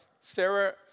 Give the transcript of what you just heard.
Sarah